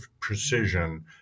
precision